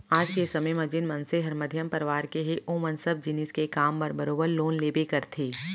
आज के समे म जेन मनसे हर मध्यम परवार के हे ओमन सब जिनिस के काम बर बरोबर लोन लेबे करथे